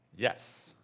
Yes